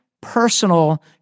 personal